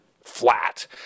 flat